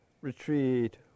retreat